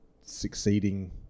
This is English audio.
succeeding